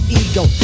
ego